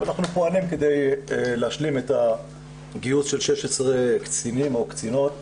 אבל אנחנו פועלים כדי להשלים את הגיוס של 16 קצינים או קצינות,